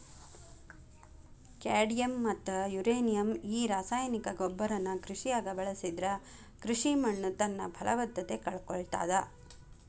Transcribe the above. cadmium ಮತ್ತ uranium ಈ ರಾಸಾಯನಿಕ ಗೊಬ್ಬರನ ಕೃಷಿಯಾಗ ಬಳಸಿದ್ರ ಕೃಷಿ ಮಣ್ಣುತನ್ನಪಲವತ್ತತೆ ಕಳಕೊಳ್ತಾದ